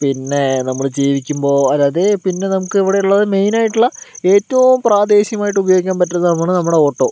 പിന്നെ നമ്മൾ ജീവിക്കുമ്പോൾ അല്ല അത് പിന്നെ നമുക്ക് ഇവിടെയുള്ളത് മെയിനായിട്ടുള്ള ഏറ്റവും പ്രാദേശികമായിട്ട് ഉപയോഗിക്കാൻ പറ്റുന്നതാണ് നമ്മുടെ ഓട്ടോ